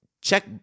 check